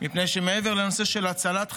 מפני שמעבר לנושא הצלת חיים,